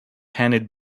handed